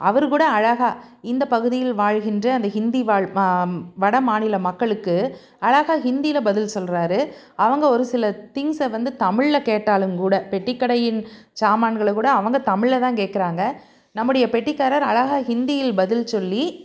அவர் கூட அழகாக இந்தப் பகுதியில் வாழ்கின்ற அந்த ஹிந்தி வாழ் மா வடமாநில மக்களுக்கு அழகாக ஹிந்தியில பதில் சொல்கிறாரு அவங்க ஒரு சில திங்க்ஸை வந்து தமிழில் கேட்டாலும் கூட பெட்டிக்கடையின் சாமான்களை கூட அவங்க தமிழில் தான் கேட்குறாங்க நம்முடைய பெட்டிக்காரர் அழகாக ஹிந்தியில் பதில் சொல்லி